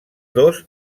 dos